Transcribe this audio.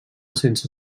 sense